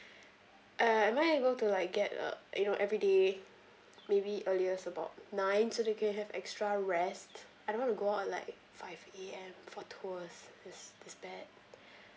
uh am I able to like get up you know every day maybe earliest about nine so they can have extra rest I don't want to go out at like five A_M for tours cause that's bad